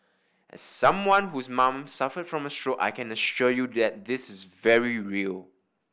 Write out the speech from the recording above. as someone whose mom suffered from a stroke I can assure you that this is very real